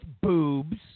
boobs